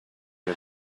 had